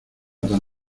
tan